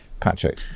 Patrick